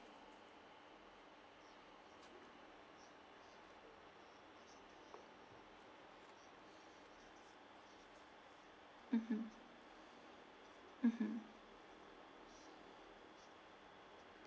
<B) mmhmm mmhmm